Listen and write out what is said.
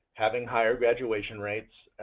having higher graduation rates,